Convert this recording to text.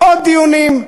עוד דיונים.